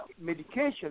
medication